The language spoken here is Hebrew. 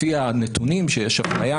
לפי הנתונים שיש אפליה,